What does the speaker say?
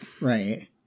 right